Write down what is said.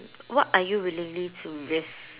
what are you willingly to risk